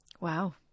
Wow